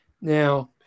Now